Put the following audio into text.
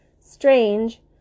Strange